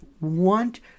want